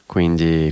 Quindi